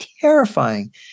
terrifying